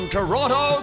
Toronto